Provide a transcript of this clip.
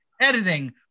editing